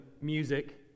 music